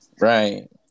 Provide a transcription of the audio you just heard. Right